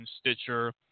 Stitcher